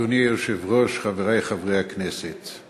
אדוני היושב-ראש, חברי חברי הכנסת,